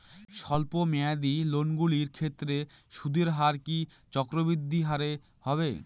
স্বল্প মেয়াদী লোনগুলির ক্ষেত্রে সুদের হার কি চক্রবৃদ্ধি হারে হবে?